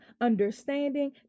understanding